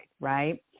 right